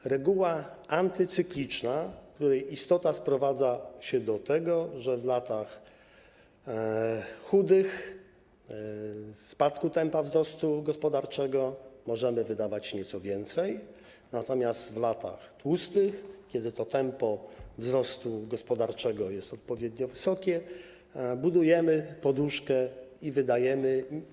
To reguła antycykliczna, której istota sprowadza się do tego, że w latach chudych, czyli w latach spadku tempa wzrostu gospodarczego, możemy wydawać nieco więcej, natomiast w latach tłustych, kiedy to tempo wzrostu gospodarczego jest odpowiednio wysokie, budujemy poduszkę i wydajemy.